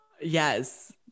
Yes